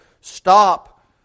stop